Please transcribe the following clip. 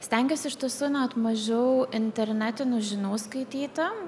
stengiuosi iš tiesų net mažiau internetinių žinių skaityti